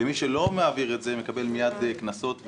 מי שלא מעביר את זה מקבל מיד קנסות.